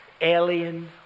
alien